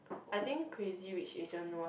I think Crazy Rich Asian was